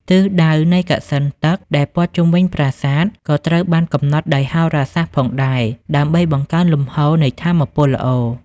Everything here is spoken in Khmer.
ទិសដៅនៃកសិណទឹកដែលព័ទ្ធជុំវិញប្រាសាទក៏ត្រូវបានកំណត់ដោយហោរាសាស្ត្រផងដែរ ដើម្បីបង្កើនលំហូរនៃថាមពលល្អ។